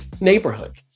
neighborhood